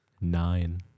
Nine